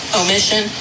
omission